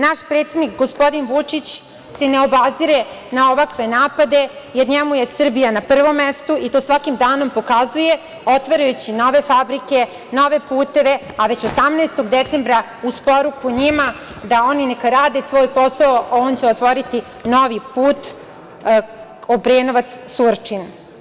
Naš predsednik gospodin Vučić se ne obazire na ovakve napade jer njemu je Srbija na prvom mestu i to svakim danom pokazuje, otvarajući nove fabrike, nove puteve, a već 18. decembra uz poruku njima da oni neka rade svoj posao, on će otvoriti novi put Obrenovac – Surčin.